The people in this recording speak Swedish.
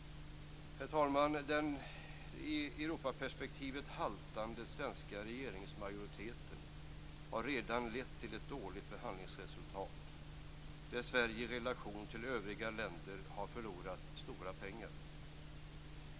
Herr talman! Den i Europaperspektivet haltande svenska regeringsmajoriteten har redan lett till ett dåligt förhandlingsresultat där Sverige i relation till de övriga länderna har förlorat stora pengar.